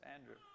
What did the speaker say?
Andrew